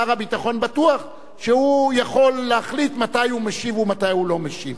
שר הביטחון בטוח שהוא יכול להחליט מתי הוא משיב ומתי הוא לא משיב.